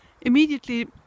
immediately